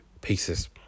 pieces